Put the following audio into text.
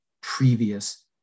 previous